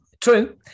true